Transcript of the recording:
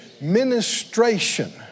Ministration